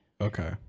Okay